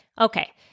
Okay